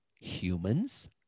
humans